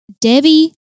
Debbie